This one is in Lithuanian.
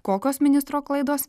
kokios ministro klaidos